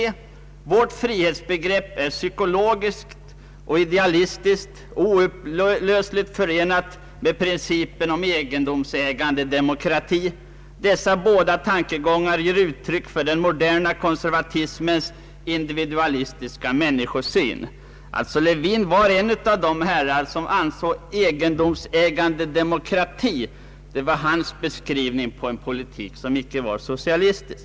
Han skriver på följande sätt: ”Vårt frihetsbegrepp är psykologiskt och idealistiskt och oupplösligt förenat med principen om egendomsägande demokrati. Dessa båda tankegångar ger uttryck för den moderna konservatismens individualistiska människosyn.” Lewin var alltså en av dem som ansåg att egendomsägande demokrati var beteckningen på en politik som inte var socialistisk.